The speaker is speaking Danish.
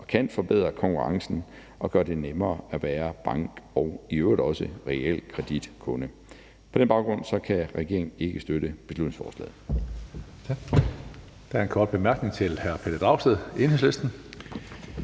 der kan forbedre konkurrencen og gøre det nemmere at være bank- og i øvrigt også realkreditkunde. På den baggrund kan regeringen ikke støtte beslutningsforslaget.